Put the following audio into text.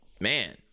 man